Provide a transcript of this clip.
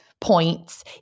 points